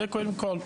זה קודם כל.